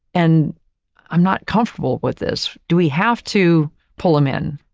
and i'm not comfortable with this. do we have to pull them in?